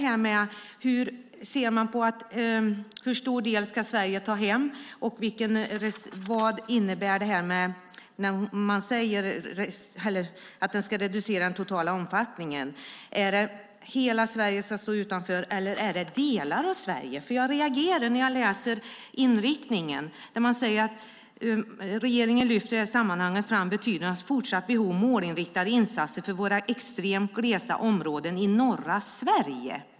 Hur stor del ska Sverige ta hem, och vad innebär det att den ska reducera den totala omfattningen? Ska hela Sverige stå utanför, eller är det delar av Sverige? Jag reagerar när jag läser om inriktningen. Regeringen lyfter i detta sammanhang fram betydelsen och det fortsatta behovet av målinriktade insatser för våra extremt glesa områden i norra Sverige.